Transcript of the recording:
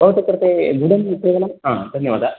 भवत कृते गुडं केवलं हा धन्यवाद